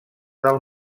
del